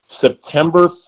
September